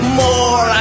more